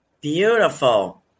Beautiful